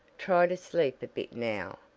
try to sleep a bit now,